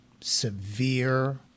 severe